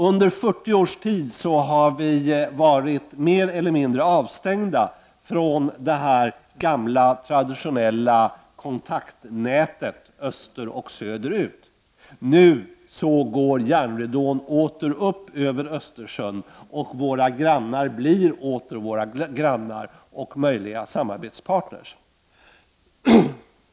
Under 40 års tid har vi varit mer eller mindre avstängda från det gamla traditionella kontaktnätet österut och söderut. Nu går järnridån upp runt Östersjön och våra grannar blir åter våra grannar och möjliga samarbetspartners.